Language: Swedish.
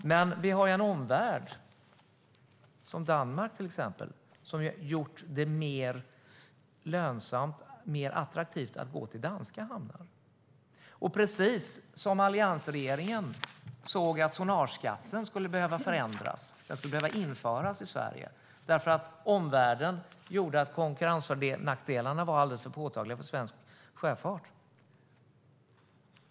Till exempel har Danmark gjort det lönsammare och attraktivare att gå till danska hamnar. Alliansregeringen såg att tonnageskatt skulle behöva införas i Sverige, då omvärlden gjorde att konkurrensnackdelarna blev alldeles för påtagliga för svensk sjöfart.